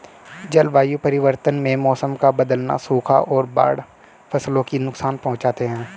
जलवायु परिवर्तन में मौसम का बदलना, सूखा और बाढ़ फसलों को नुकसान पहुँचाते है